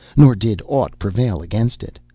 nor did aught prevail against it,